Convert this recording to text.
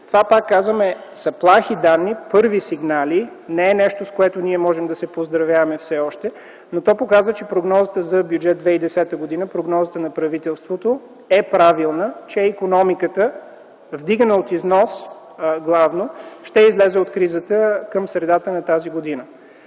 Това, пак казвам, че са плахи данни, първи сигнали, не е нещо, с което ние можем да се поздравяваме все още, но то показва, че прогнозите за Бюджет 2010 г., прогнозите на правителството са правилни, че икономиката, вдигана от износ главно, ще излезе от кризата към средата на тази година.